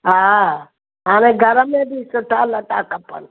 हा हाणे घर में बि सुठा लटा खपनि